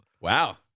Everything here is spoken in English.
Wow